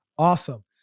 Awesome